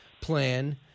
plan